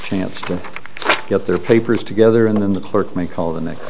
chance to get their papers together and then the clerk may call the next